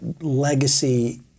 legacy